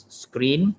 screen